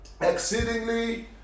exceedingly